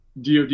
dod